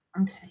Okay